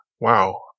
wow